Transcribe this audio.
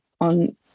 on